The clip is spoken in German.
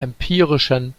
empirischen